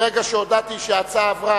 מרגע שהודעתי שההצעה עברה,